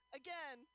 again